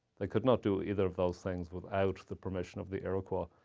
they could not do either of those things without the permission of the iroquois.